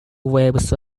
waves